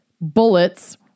bullets